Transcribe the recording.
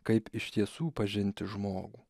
kaip iš tiesų pažinti žmogų